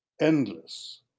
endless